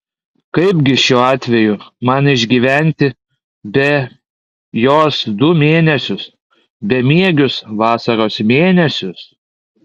kaipgi šiuo atveju man išgyventi be jos du mėnesius bemiegius vasaros mėnesius